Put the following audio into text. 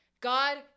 God